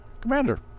Commander